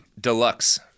Deluxe